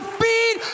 feed